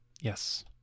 yes